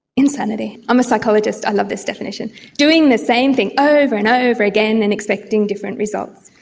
insanity. i'm a psychologist, i love this definition. doing the same thing over and over again and expecting different results.